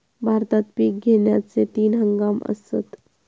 भारतात पिक घेण्याचे तीन हंगाम आसत